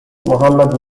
mohammad